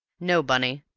no, bunny,